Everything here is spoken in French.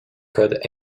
code